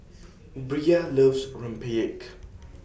Bria loves Rempeyek